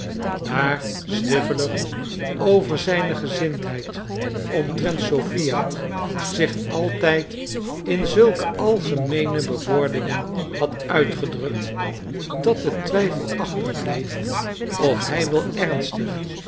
daar swiveller over zijne gezindheid omtrent sophia zich altijd in zulke algemeene bewoordingen had uitgedrukt dat het twijfelachtig bleef of hij wel ernstig